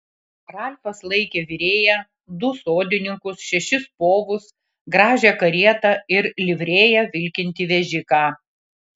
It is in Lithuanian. ralfas laikė virėją du sodininkus šešis povus gražią karietą ir livrėja vilkintį vežiką